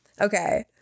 okay